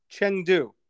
Chengdu